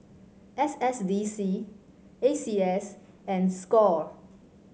S S D C A C S and Score